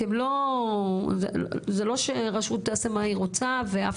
זה לא שרשות תעשה מה שהיא רוצה ואף